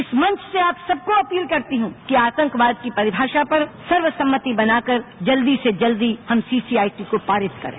इस मंच से आप सबको अपील करती हूं कि आतंकवाद की परिभाषा पर सर्वसम्मति बनाकर जल्दी से जल्दी हम सीसीआईटी को पारित करें